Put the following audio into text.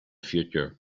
future